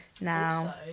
now